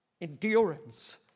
Endurance